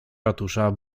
ratusza